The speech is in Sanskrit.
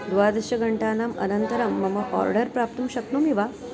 द्वादशघण्टानाम् अनन्तरं मम आर्डर् प्राप्तुं शक्नोमि वा